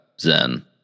Zen